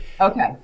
Okay